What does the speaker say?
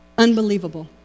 unbelievable